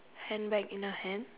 handbag in her hand